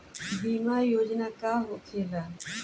बीमा योजना का होखे ला?